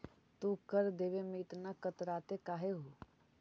तू कर देवे में इतना कतराते काहे हु